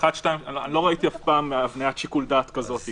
לא ראיתי מעולם הבניית שיקול דעת כזאת.